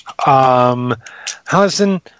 Hallison